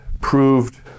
proved